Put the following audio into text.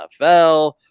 NFL